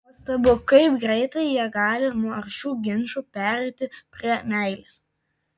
nuostabu kaip greitai jie gali nuo aršių ginčų pereiti prie meilės